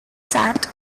sat